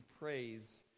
praise